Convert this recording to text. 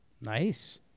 Nice